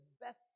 best